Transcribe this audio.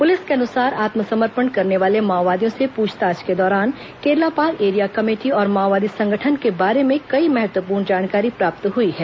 police के अनुसार आत्मसमर्पण करने वाले माओवादियों से पूछताछ के दौरान केरलापाल एरिया कमेटी और माओवादी संगठन के बारे में कई महत्वपूर्ण जानकारी प्राप्त हुई हैं